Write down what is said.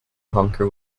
honker